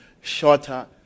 shorter